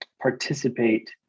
participate